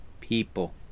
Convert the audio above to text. people